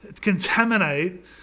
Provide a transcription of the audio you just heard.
contaminate